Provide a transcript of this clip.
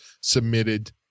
submitted